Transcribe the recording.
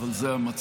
אבל זה המצב,